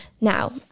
Now